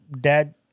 dad